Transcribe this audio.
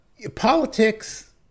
Politics